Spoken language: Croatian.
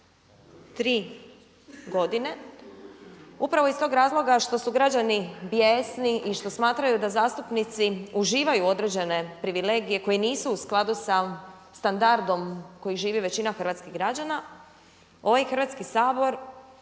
3 godine, upravo iz tog razloga što su građani bijesni i što smatraju da zastupnici uživaju određene privilegije koje nisu u skladu sa standardom koji živi većina hrvatskih građana, ovaj Hrvatski sabor